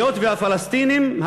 היות שהפלסטינים,